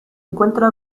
encuentra